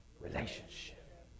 Relationship